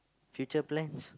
future plans